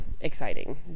exciting